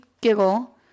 giggle